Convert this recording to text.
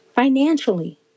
Financially